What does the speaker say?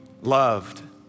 loved